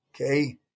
Okay